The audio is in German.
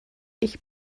ich